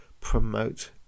promote